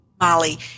Molly